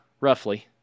roughly